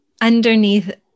underneath